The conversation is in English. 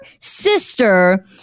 sister